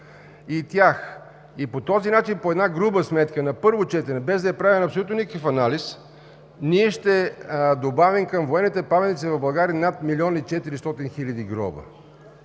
кога. И по този начин по една груба сметка на първо четене, без да е правен абсолютно никакъв анализ, ние ще добавим към военните паметници в България над милион и 400 хиляди гроба.